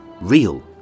real